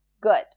Good